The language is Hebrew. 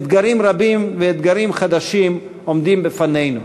אתגרים רבים ואתגרים חדשים עומדים בפנינו,